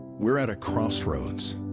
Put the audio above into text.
we're at a crossroads.